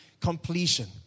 completion